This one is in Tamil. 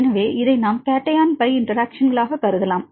எனவே இதை நாம் கேட்டையோன் பை இன்டெராக்ஷன்களாகக் கருதலாம்